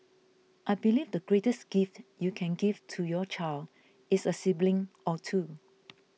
I believe the greatest gift you can give to your child is a sibling or two